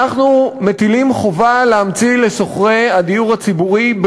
אנחנו מטילים חובה להמציא לשוכרי הדיור הציבורי,